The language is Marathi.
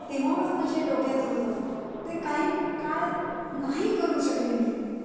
तेव्हापासनं जे डोक्यात होतं ते काही काळ नाही करू शकले मी